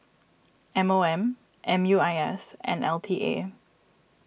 M O M M U I S and L T A